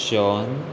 Sean